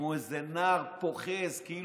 חברי הכנסת, לפיד, למה אתה מתנהג ככה?